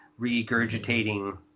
regurgitating